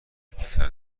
پسر